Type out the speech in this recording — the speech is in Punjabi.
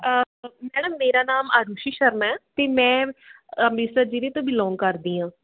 ਮੈਡਮ ਮੇਰਾ ਨਾਮ ਆਰੂਸ਼ੀ ਸ਼ਰਮਾ ਹੈ ਅਤੇ ਮੈਂ ਅੰਮ੍ਰਿਤਸਰ ਜ਼ਿਲ੍ਹੇ ਤੋਂ ਬੀਲੋਂਗ ਕਰਦੀ ਹਾਂ